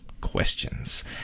questions